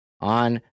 on